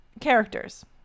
Characters